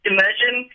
Imagine